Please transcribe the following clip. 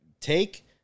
take